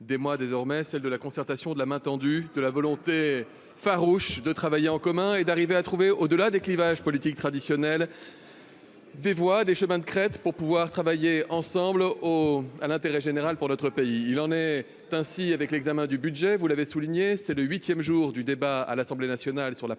des mois, désormais celle de la concertation de la main tendue de la volonté farouche de travailler en commun et d'arriver à trouver au-delà des clivages politiques traditionnels des voix des chemins de crête pour pouvoir travailler ensemble au à l'intérêt général pour notre pays, il en est ainsi, avec l'examen du budget, vous l'avez souligné, c'est le 8ème jour du débat à l'Assemblée nationale sur la